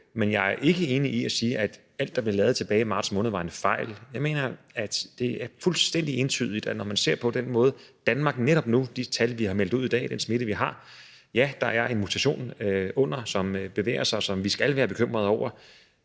Men jeg er ikke enig i det, hvis man siger, at alt, der blev lavet tilbage i marts måned, var en fejl. Jeg mener, det er fuldstændig entydigt, når man ser på, hvordan det er i Danmark netop nu – de tal, vi har meldt ud i dag, og den smitte, vi har – at ja, der er en mutation, som bevæger sig, og som vi skal være bekymrede over,